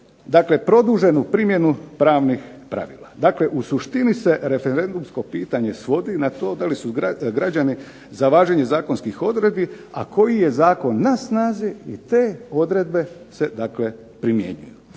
plus produženu primjenu pravnih pravila. Dakle, u suštini se referendumsko pitanje svodi na to da li su građani za važenje zakonskih odredbi, a koji je zakon na snazi i te odredbe se dakle primjenjuju.